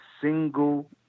single